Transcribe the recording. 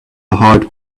hot